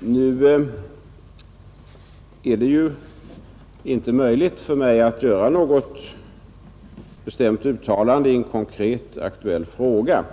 Men nu är det inte möjligt för mig att göra något bestämt uttalande i en konkret aktuell fråga.